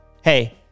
Hey